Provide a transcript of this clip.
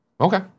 Okay